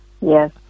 yes